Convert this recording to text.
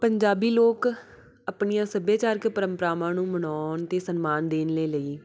ਪੰਜਾਬੀ ਲੋਕ ਆਪਣੀਆਂ ਸੱਭਿਆਚਾਰਕ ਪਰੰਪਰਾਵਾਂ ਨੂੰ ਮਨਾਉਣ ਅਤੇ ਸਨਮਾਨ ਦੇਣ ਦੇ ਲਈ